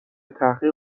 تحقیق